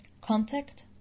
contact